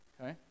okay